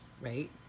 right